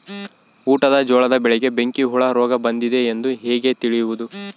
ಊಟದ ಜೋಳದ ಬೆಳೆಗೆ ಬೆಂಕಿ ಹುಳ ರೋಗ ಬಂದಿದೆ ಎಂದು ಹೇಗೆ ತಿಳಿಯುವುದು?